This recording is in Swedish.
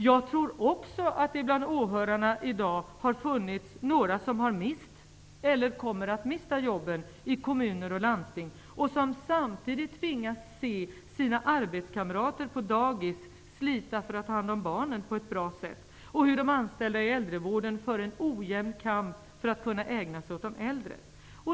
Jag tror också att det bland åhörarna i dag har funnits några som har mist eller kommer att mista jobben i kommuner och landsting. Samtidigt tvingas de se sina arbetskamrater på dagis slita för att ta hand om barnen på ett bra sätt och se de anställda i äldrevården föra en ojämn kamp för att kunna ägna sig åt de äldre.